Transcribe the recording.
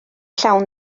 llawn